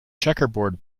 checkerboard